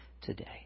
today